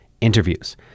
interviews